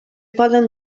poden